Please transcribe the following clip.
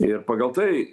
ir pagal tai